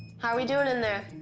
how we doing in there?